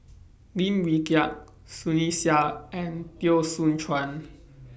Lim Wee Kiak Sunny Sia and Teo Soon Chuan